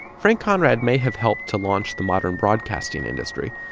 frank conrad may have helped to launch the modern broadcasting industry,